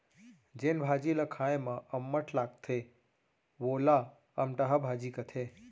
जेन भाजी ल खाए म अम्मठ लागथे वोला अमटहा भाजी कथें